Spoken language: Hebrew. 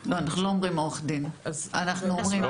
לא, אנחנו לא אומרים עורך דין, אנחנו אומרים